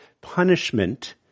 punishment